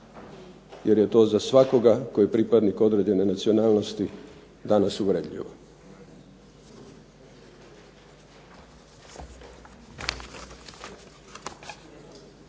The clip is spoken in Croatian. jer je to za svakoga tko je pripadnik određene nacionalnosti danas uvredljivo.